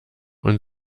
und